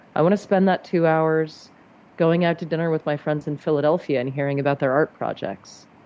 i wanna spend that two hours going out to dinner with my friends in philadelphia and hearing about their art projects.